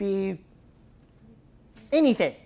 be anything